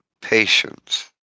patience